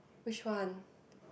which one